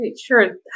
Sure